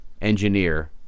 engineer